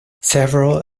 several